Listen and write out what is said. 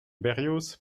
berrios